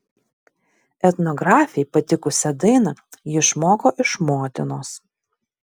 etnografei patikusią dainą ji išmoko iš motinos